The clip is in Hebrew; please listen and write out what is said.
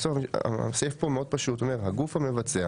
הרי הסעיף פה מאוד פשוט שאומר: הגוף המבצע